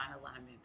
alignment